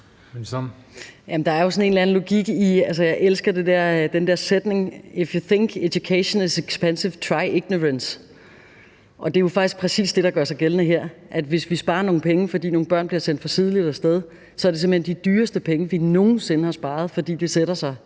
Rosenkrantz-Theil): Jeg elsker den der sætning: If you think education is expensive, try ignorance. Det er jo faktisk præcis det, der gør sig gældende her, nemlig at hvis vi sparer nogle penge, fordi nogle børn bliver sendt for tidligt af sted, er det simpelt hen de dyreste penge, vi nogensinde har sparet, fordi det sætter sig